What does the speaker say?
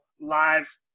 live